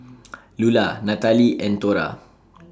Lulla Natalee and Thora